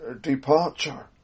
departure